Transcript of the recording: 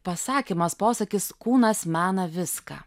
pasakymas posakis kūnas mena viską